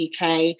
UK